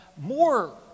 more